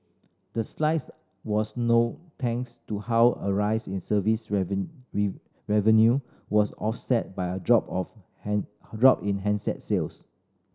the slides was no thanks to how a rise in service revenue was offset by a drop of drop in handset sales